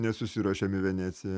nesusiruošėm į veneciją